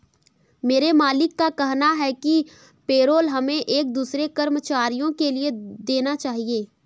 मेरे मालिक का कहना है कि पेरोल हमें एक दूसरे कर्मचारियों के लिए देना चाहिए